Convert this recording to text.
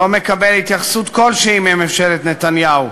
לא מקבל התייחסות כלשהי מממשלת נתניהו,